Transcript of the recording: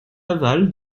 aval